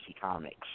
Comics